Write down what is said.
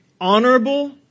honorable